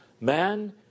Man